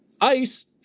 ICE